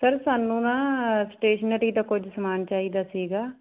sir ਸਾਨੂੰ ਨਾ stationery ਤਾਂ ਕੁਝ ਸਮਾਨ ਚਾਹੀਦਾ ਸੀਗਾ